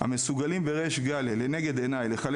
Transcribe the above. המסוגלים בריש גלי לנגד עיניי לחלל